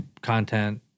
content